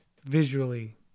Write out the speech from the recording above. visually